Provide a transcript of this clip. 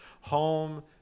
home